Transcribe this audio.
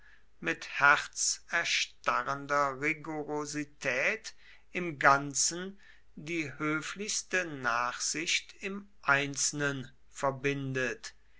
mit herzerstarrender rigorosität im ganzen die höflichste nachsicht im einzelnen verbindet